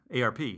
ARP